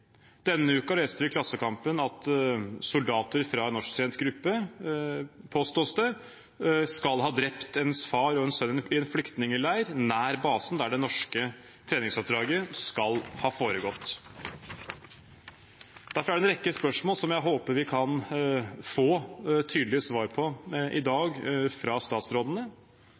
Denne uken leste vi i Klassekampen at soldater fra en norsktrent gruppe, påstås det, skal ha drept en far og sønn i en flyktningleir nær basen der det norske treningsoppdraget skal ha foregått. Derfor er det en rekke spørsmål som jeg håper vi kan få tydelige svar på i dag fra statsrådene.